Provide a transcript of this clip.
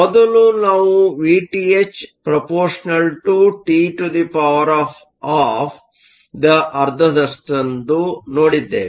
ಮೊದಲು ನಾವು VthαT12 ದ ಅರ್ಧದಷ್ಟು ನೋಡಿದ್ದೇವೆ